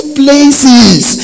places